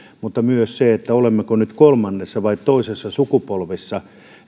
mutta myös se olemmeko nyt kolmannessa vai toisessa sukupolvessa